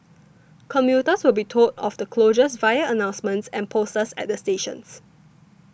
commuters will be told of the closures via announcements and posters at stations